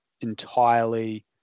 entirely